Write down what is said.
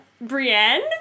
Brienne